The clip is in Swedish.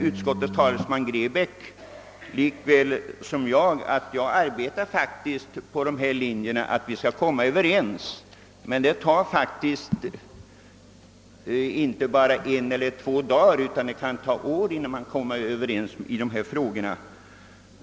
Utskottets talesman herr Grebäck vet nog lika väl som jag att jag faktiskt arbetar för att vi jägare skall komma överens, men det tar inte bara en eller två dagar utan det kan ta år innan vi kan komma överens i dessa frågor.